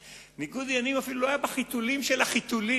ניגוד עניינים אפילו לא היה בחיתולים של החיתולים.